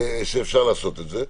שאפשר לעשות את זה.